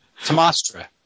Tomastra